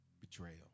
Betrayal